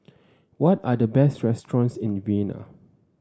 what are the best restaurants in Vienna